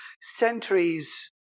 centuries